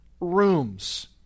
rooms